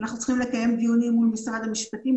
אנחנו צריכים לקיים דיונים עם משרד המשפטים.